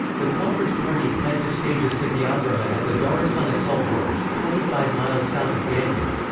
the congress party planned to stage a satyagraha at the dharasana salt works, twenty five miles south of dandi.